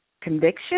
conviction